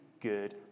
good